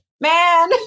man